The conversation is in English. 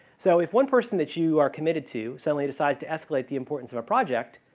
so if one person that you are committed to suddenly decides to escalate the importance of a project,